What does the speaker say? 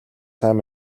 сайн